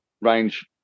range